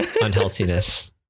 unhealthiness